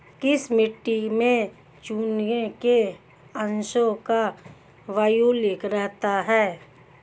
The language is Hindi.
किस मिट्टी में चूने के अंशों का बाहुल्य रहता है?